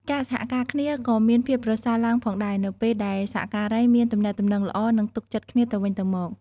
ការសហការគ្នាក៏មានភាពប្រសើរឡើងផងដែរ នៅពេលដែលសហការីមានទំនាក់ទំនងល្អ និងទុកចិត្តគ្នាទៅវិញទៅមក។